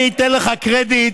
אני אתן לך קרדיט.